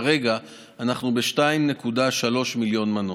כרגע אנחנו ב-2.3 מיליון מנות.